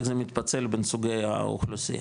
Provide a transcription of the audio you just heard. איך זה מתפצל בין סוגי האוכלוסייה.